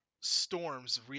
Storm's